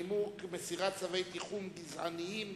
מסירת צווי תיחום גזעניים